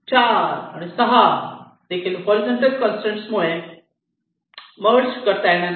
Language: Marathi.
4 आणि 6 देखील हॉरीझॉन्टल कंसट्रेन मुळे मर्ज करता येणार नाही